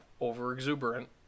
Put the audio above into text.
over-exuberant